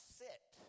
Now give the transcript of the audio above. sit